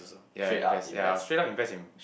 also ya invest ya straight out invest in